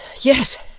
yes.